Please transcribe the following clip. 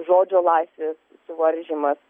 žodžio laisvės suvaržymas